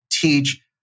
Teach